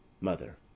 Mother